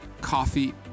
coffee